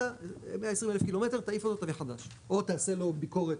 אלא ב-120,000 קילומטר תעיף אותו תביא חדש או תעשה לו ביקורת.